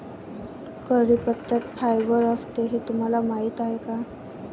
कढीपत्त्यात फायबर असते हे तुम्हाला माहीत आहे का?